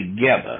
together